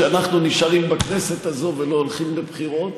שאנחנו נשארים בכנסת הזו ולא הולכים לבחירות.